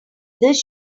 this